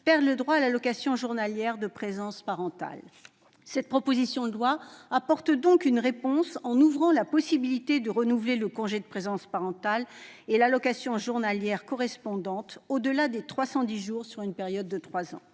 perdront le droit à l'allocation journalière de présence parentale. Cette proposition de loi apporte donc une réponse en ouvrant la possibilité de renouveler le congé de présence parentale et l'allocation journalière correspondante au-delà des 310 jours sur une période de trois